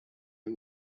für